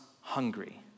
hungry